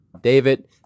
David